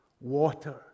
water